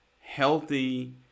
healthy